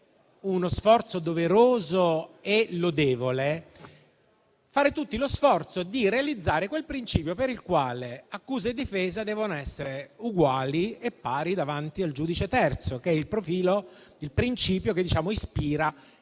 che sarebbe doveroso e lodevole - lo sforzo di realizzare quel principio per il quale accusa e difesa devono essere uguali e pari davanti al giudice terzo. È il principio che ispira il